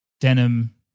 Denim